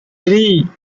three